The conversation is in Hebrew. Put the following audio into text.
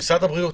משרד הבריאות,